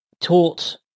taught